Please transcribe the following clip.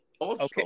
Okay